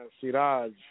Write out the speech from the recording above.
Siraj